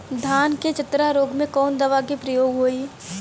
धान के चतरा रोग में कवन दवा के प्रयोग होई?